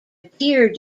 appear